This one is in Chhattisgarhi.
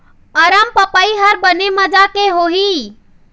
अरमपपई हर बने माजा के होही?